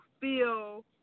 feel